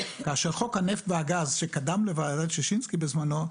כאשר חוק הנפט והגז שקדם לוועדת ששינסקי בזמנו,